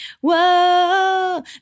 whoa